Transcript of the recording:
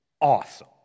Awesome